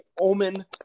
Omen